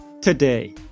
today